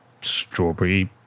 strawberry